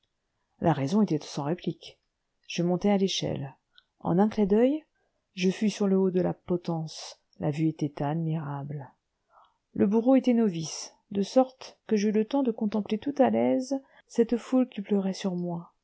la raison était sans réplique je montai à l'échelle en un clin d'oeil je fus sur le haut de la potence la vue était admirable le bourreau était novice de sorte que j'eus le temps de contempler tout à l'aise cette foule qui pleurait sur moi